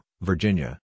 Virginia